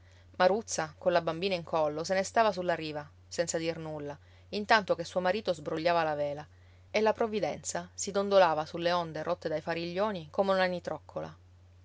provvidenza maruzza colla bambina in collo se ne stava sulla riva senza dir nulla intanto che suo marito sbrogliava la vela e la provvidenza si dondolava sulle onde rotte dai fariglioni come un'anitroccola